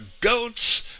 goats